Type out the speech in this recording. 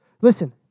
Listen